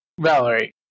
Valerie